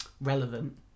relevant